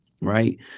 right